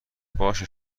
باشه